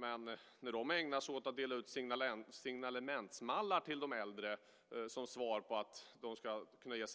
Men när de ägnar sig åt att dela ut signalementsmallar till de äldre för att de ska kunna ge